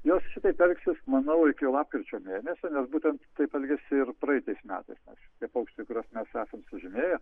jos šitaip elgsis manau iki lapkričio mėnesio nes būtent taip elgėsi ir praeitais metais nes šitie paukščiai kuriuos mes esam sužymėję